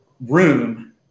room